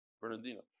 Bernardino